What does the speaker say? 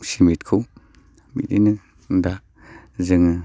सिमेन्टखौ बिदिनो दा जोङो